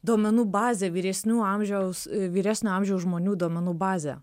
duomenų bazę vyresnių amžiaus vyresnio amžiaus žmonių duomenų bazę